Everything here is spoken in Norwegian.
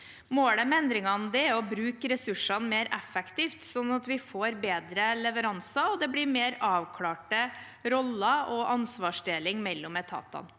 Målet med endringene er å bruke ressursene mer effektivt, slik at vi får bedre leveranser og det blir mer avklarte roller og ansvarsfordeling mellom etatene.